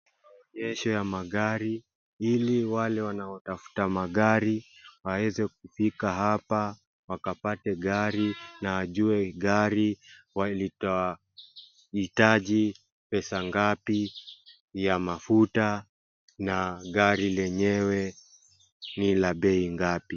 Maonyesho ya magari ili wanaotafuta magari waweze kufika hapa wakapate gari na wajue gari litahitaji pesa ngapi ya mafuta na gari lenyewe ni la bei ngapi.